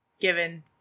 given